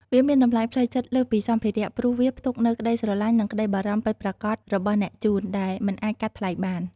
វាមានតម្លៃផ្លូវចិត្តលើសពីសម្ភារៈ ព្រោះវាផ្ទុកនូវក្ដីស្រឡាញ់ និងក្ដីបារម្ភពិតប្រាកដរបស់អ្នកជូន ដែលមិនអាចកាត់ថ្លៃបាន។